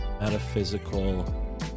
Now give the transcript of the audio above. metaphysical